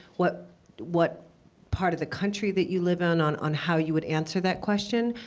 what what part of the country that you live in on on how you would answer that question.